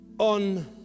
on